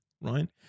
right